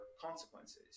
consequences